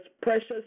precious